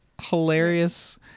hilarious